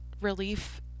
relief